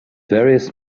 various